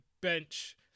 bench